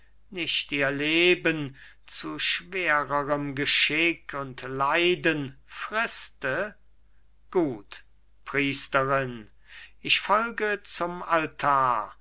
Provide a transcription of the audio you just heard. nicht ihr leben zu schwererem geschick und leiden friste gut priesterin ich folge zum altar